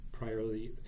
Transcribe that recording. priorly